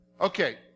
Okay